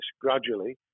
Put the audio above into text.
gradually